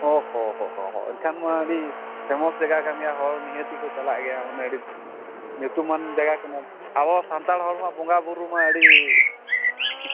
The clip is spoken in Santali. ᱚ ᱦᱚᱸ ᱦᱚᱸ ᱮᱱᱠᱷᱟᱱᱢᱟ ᱟᱹᱰᱤ ᱯᱷᱮᱹᱢᱟᱥ ᱡᱟᱜᱟ ᱠᱟᱱᱜᱮᱭᱟ ᱦᱚᱲ ᱱᱤᱦᱟᱹᱛᱤ ᱠᱚ ᱪᱟᱞᱟᱜ ᱜᱮᱭᱟ ᱢᱟᱱᱮ ᱟᱹᱰᱤ ᱧᱩᱛᱩᱢᱟᱱ ᱡᱟᱜᱟ ᱠᱟᱱᱟ ᱟᱵᱚ ᱥᱟᱱᱛᱟᱲ ᱦᱚᱲᱢᱟ ᱵᱚᱸᱜᱟ ᱵᱩᱨᱩᱢᱟ ᱟᱹᱰᱤ